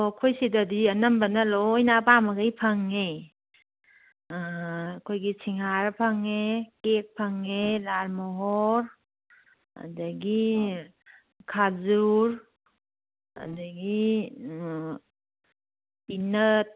ꯑꯣ ꯑꯩꯈꯣꯏ ꯁꯤꯗꯗꯤ ꯑꯅꯝꯕꯅ ꯂꯣꯏꯅ ꯑꯄꯥꯝꯕꯉꯩ ꯐꯪꯉꯦ ꯑꯩꯈꯣꯏꯒꯤ ꯁꯤꯡꯍꯥꯔ ꯐꯪꯉꯦ ꯀꯦꯛ ꯐꯪꯉꯦ ꯂꯥꯔꯃꯣꯍꯣꯔ ꯑꯗꯒꯤ ꯈꯖꯨꯔ ꯑꯗꯒꯤ ꯄꯤꯅꯠ